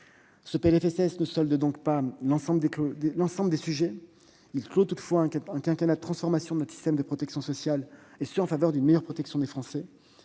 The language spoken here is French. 2022 ne solde donc pas l'ensemble des sujets. Il clôt toutefois un quinquennat de transformation de notre système social et d'avancées en faveur d'une meilleure protection des Français.